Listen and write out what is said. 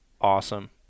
awesome